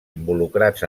involucrats